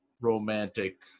romantic